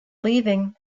leaving